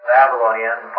Babylonian